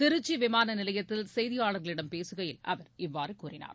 திருச்சிவிமானநிலையத்தில் செய்தியாளர்களிடம் பேசுகையில் அவர் இவ்வாறுகூறினார்